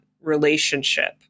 relationship